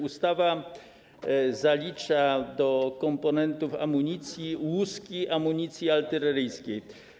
Ustawa zalicza do komponentów amunicji łuski amunicji artyleryjskiej.